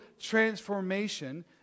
transformation